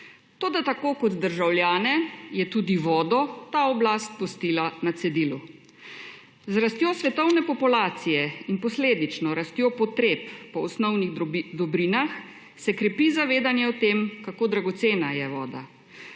Toda, tako kot državljane je tudi vodo ta oblast pustila na celinu. Z rastjo svetovne populacije in posledično rastjo potreb po osnovnih dobrinah se krepi zavedanje o tem, kako dragocena je voda.